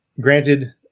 Granted